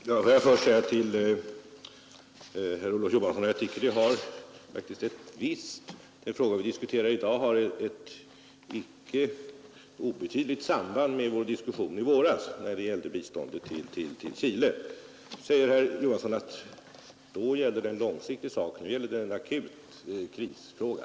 Herr talman! Jag vill först säga till herr Olof Johansson i Stockholm att den fråga vi diskuterar i dag har ett icke obetydligt samband med frågan om biståndet till Chile som vi diskuterade i våras. Herr Johansson säger att det då gällde en långsiktig fråga och nu gäller det en akut kris.